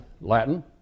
Latin